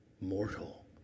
mortal